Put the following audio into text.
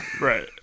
Right